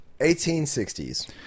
1860s